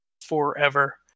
forever